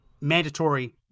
mandatory